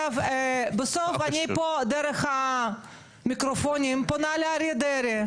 בסוף אני פה דרך המיקרופונים פונה לאריה דרעי,